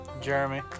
Jeremy